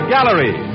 Gallery